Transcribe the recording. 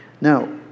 Now